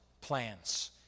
plans